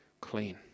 clean